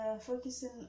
focusing